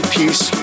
peace